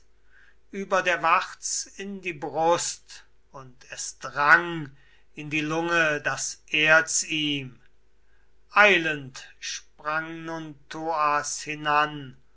über der warz in die brust und es drang in die lunge das erz ihm eilend sprang nun thoas hinan